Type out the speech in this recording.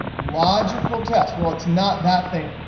logical test, well, it's not that thing.